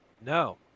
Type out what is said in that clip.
no